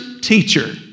teacher